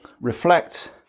Reflect